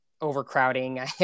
overcrowding